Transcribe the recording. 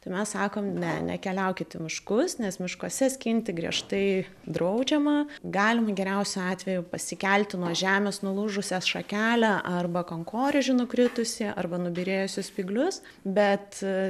tai mes sakom ne nekeliaukit į miškus nes miškuose skinti griežtai draudžiama galima geriausiu atveju pasikelti nuo žemės nulūžusią šakelę arba kankorėžį nukritusį arba nubyrėjusius spyglius bet